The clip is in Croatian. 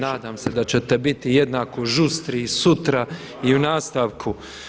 Nadam se da ćete biti jednako žustri i sutra i u nastavku.